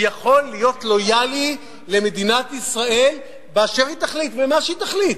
הוא יכול להיות לויאלי למדינת ישראל באשר היא תחליט ומה שהיא תחליט,